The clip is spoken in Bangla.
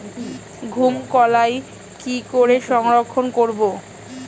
মুঘ কলাই কি করে সংরক্ষণ করব?